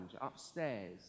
upstairs